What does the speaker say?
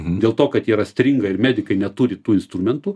dėl to kad jie yra stringa ir medikai neturi tų instrumentų